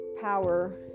power